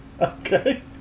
Okay